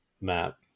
map